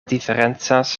diferencas